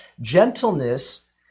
Gentleness